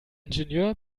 ingenieur